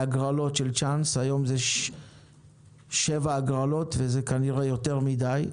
היום יש שבע הגרלות, וזה כנראה יותר מדי.